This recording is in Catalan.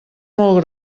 molt